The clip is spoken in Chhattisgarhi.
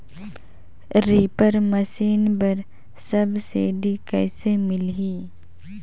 रीपर मशीन बर सब्सिडी कइसे मिलही?